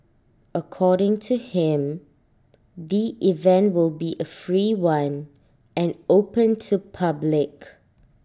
according to him the event will be A free one and open to public